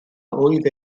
oedd